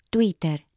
Twitter